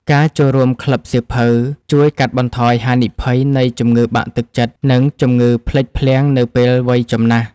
ការចូលរួមក្លឹបសៀវភៅជួយកាត់បន្ថយហានិភ័យនៃជំងឺបាក់ទឹកចិត្ត និងជំងឺភ្លេចភ្លាំងនៅពេលវ័យចំណាស់។